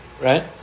Right